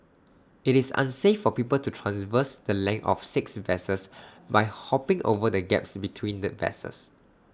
IT is unsafe for people to traverse the length of six vessels by hopping over the gaps between the vessels